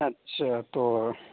اچھا تو